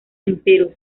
empero